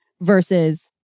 versus